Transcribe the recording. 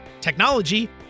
technology